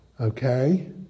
Okay